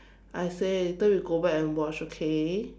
I say later we go back and watch okay